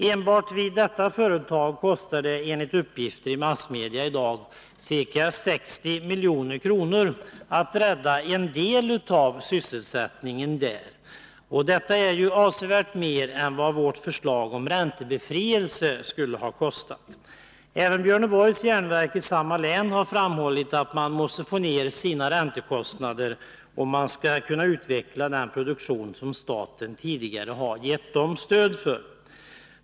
Enbart vid detta företag kostar det enligt uppgifter i massmedia i dag ca 60 miljoner att rädda en del av sysselsättningen där. Det är avsevärt mer än vad vårt förslag om räntebefrielse skulle ha kostat. Även från Björneborgs järnverk i samma län har man framhållit att man måste få ner sina räntekostnader om man skall kunna utveckla den produktion som staten gett företaget stöd för.